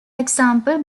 example